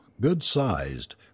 good-sized